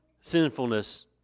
sinfulness